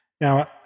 Now